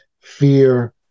fear